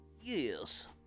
Yes